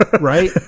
right